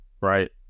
Right